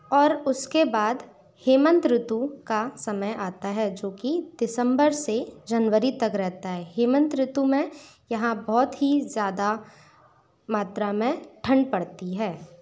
और उसके बाद हेमंत ऋतु का समय आता है जो कि दिसम्बर से जनवरी तक रहता है हेमंत ऋतु में यहाँ बहुत ही ज़्यादा मात्रा में ठंड पड़ती है